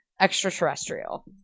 Extraterrestrial